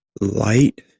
light